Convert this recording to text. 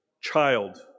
child